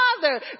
father